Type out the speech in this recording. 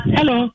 Hello